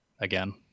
again